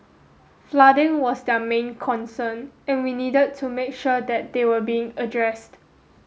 flooding was their main concern and we needed to make sure that still were being addressed